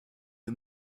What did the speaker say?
que